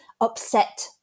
upset